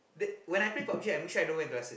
th~ when I play PUB-G I make sure I don't wear glasses